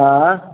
आएँ